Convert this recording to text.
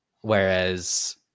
whereas